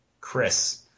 Chris—